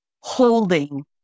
holding